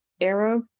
era